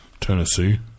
Tennessee